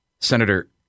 Senator